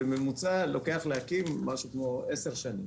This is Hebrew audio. בממוצע לוקח להקים משהו כמו עשר שנים.